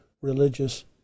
religious